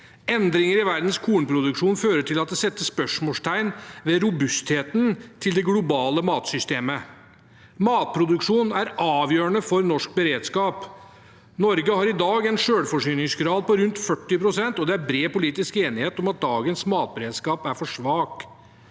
Endringer i verdens kornproduksjon fører til at det settes spørsmålstegn ved robustheten til det globale matsystemet. Matproduksjon er avgjørende for norsk beredskap. Norge har i dag en selvforsyningsgrad på rundt 40 pst., og det er bred politisk enighet om at dagens matberedskap er for svak.